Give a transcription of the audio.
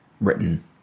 written